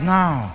now